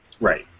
Right